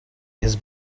his